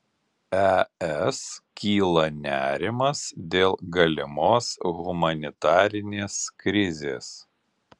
es kyla nerimas dėl galimos humanitarinės krizės